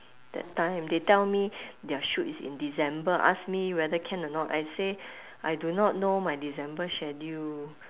that time they tell me their shoot is in december ask me whether can or not I say I do not know my december schedule